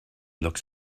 looks